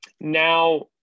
Now